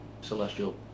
Celestial